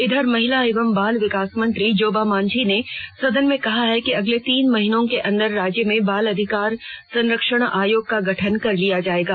इधर महिला एवं बाल विकास मंत्री जोबा मांझी ने सदन में कहा है कि अगले तीन महीनों के अंदर राज्य में बाल अधिकार संरक्षण आयोग का गठन कर लिया जाएगा